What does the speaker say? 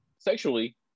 sexually